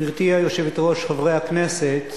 גברתי היושבת-ראש, חברי הכנסת,